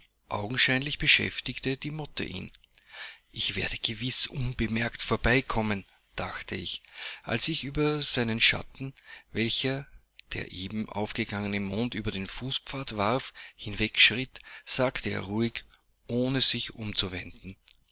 augenscheinlich beschäftigte die motte ihn ich werde gewiß unbemerkt vorbeikommen dachte ich als ich über seinen schatten welchen der eben aufgegangene mond über den fußpfad warf hinwegschritt sagte er ruhig ohne sich umzuwenden